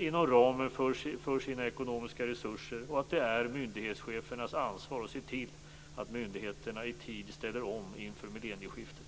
inom ramen för sina ekonomiska resurser, och att det är myndighetschefernas ansvar att se till att myndigheterna i tid ställer om inför millennieskiftet.